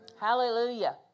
Hallelujah